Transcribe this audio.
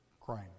crime